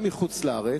גם מחוץ-לארץ,